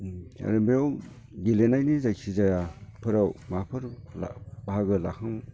आरो बेयाव गेलेनायनि जायखिजाया फोराव माबाफोर बाहागो ला